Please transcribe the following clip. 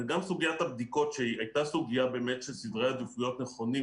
וסוגיית הבדיקות שהייתה סוגיה של סדרי עדיפות נכונים,